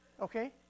Okay